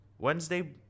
Wednesday